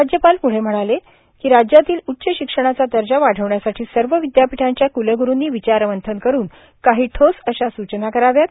राज्यपाल पुढे म्हणाले राज्यातील उच्च शिक्षणाचा दर्जा वाढविण्यासाठी सर्व विद्यापीठाच्या क्लग्रुंनी विचार मंथन करून काही ठोस अशा सूचना कराव्यात